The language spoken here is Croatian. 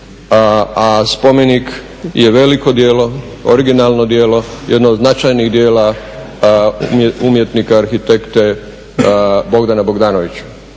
A spomenik je veliko djelo, originalno djelo, jedno od značajnih djela umjetnika arhitekte Bogdana Bogdanovića,